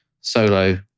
solo